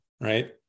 Right